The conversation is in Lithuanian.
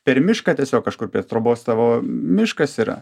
per mišką tiesiog kažkur prie trobos tavo miškas yra